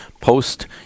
Post